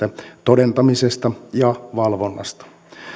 sekä viranomaistehtävistä todentamisesta ja valvonnasta